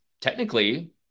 technically